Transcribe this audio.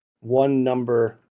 one-number